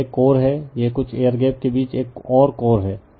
और यह एक कोर है यह कुछ एयर गैप के बीच एक और कोर है